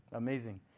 amazing.